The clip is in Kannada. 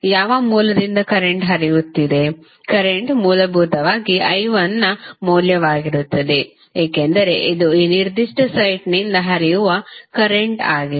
ಯಾವ ಮೂಲದಿಂದ ಕರೆಂಟ್ ಹರಿಯುತ್ತಿದೆ ಕರೆಂಟ್ ಮೂಲಭೂತವಾಗಿ I1 ನ ಮೌಲ್ಯವಾಗಿರುತ್ತದೆ ಏಕೆಂದರೆ ಇದು ಈ ನಿರ್ದಿಷ್ಟ ಸೈಟ್ನಿಂದ ಹರಿಯುವ ಕರೆಂಟ್ ಆಗಿದೆ